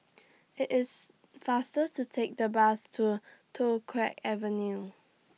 IT IS faster to Take The Bus to Toh Avenue